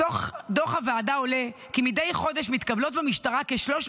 מתוך דוח הוועדה עולה כי מדי חודש מתקבלות במשטרה כ-300